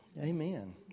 amen